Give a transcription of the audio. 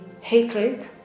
hatred